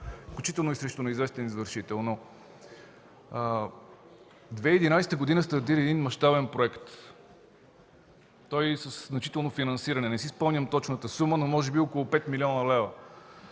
включително и срещу неизвестен извършител. В 2012 г. стартира един мащабен проект. Той е със значително финансиране. Не си спомням точната сума, но може би около 5 млн. лв.